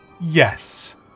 yes